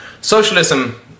Socialism